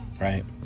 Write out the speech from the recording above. right